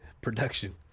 production